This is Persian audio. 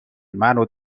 منو